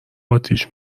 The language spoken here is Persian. آتیش